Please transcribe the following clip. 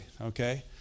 okay